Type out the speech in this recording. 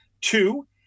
two